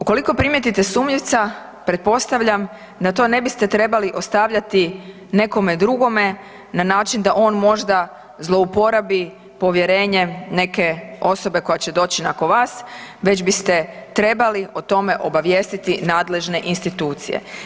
Ukoliko primijetite sumljivca pretpostavljam da to ne biste trebali ostavljati nekome drugome na način da on možda zlouporabi povjerenje neke osobe koja će doći nakon vas, već biste trebali o tome obavijestiti nadležne institucije.